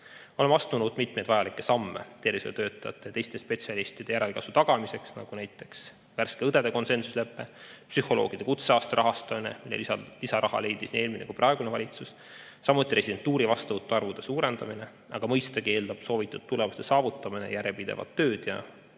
Oleme astunud mitmeid vajalikke samme tervishoiutöötajate ja teiste spetsialistide järelkasvu tagamiseks, näiteks värske õdede konsensuslepe, psühholoogide kutseaasta rahastamine, milleks lisaraha leidis nii eelmine kui leiab ka praegune valitsus, samuti residentuuri vastuvõtu arvude suurendamine. Aga mõistagi eeldab soovitud tulemuste saavutamine järjepidevat tööd.